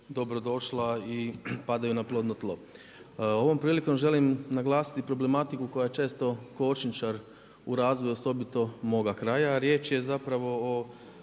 dobrodošla i padaju na plodno tlo. Ovom prilikom želim naglasiti problematiku koja često kočničar u razvoju osobito moga kraja. Riječ je o